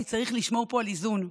כי צריך לשמור פה על איזון.